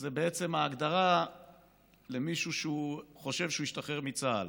זו בעצם ההגדרה למישהו שחושב שהוא השתחרר מצה"ל,